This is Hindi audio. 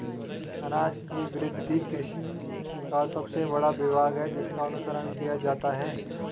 अनाज की वृद्धि कृषि का सबसे बड़ा विभाग है जिसका अनुसरण किया जाता है